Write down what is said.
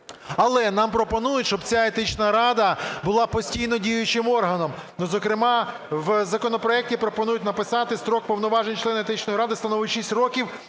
Але нам пропонують, щоб ця Етична рада була постійно діючим органом. Ну, зокрема, в законопроекті пропонують написати: строк повноважень членів Етичної ради становить шість років